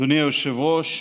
אדוני היושב-ראש,